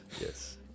yes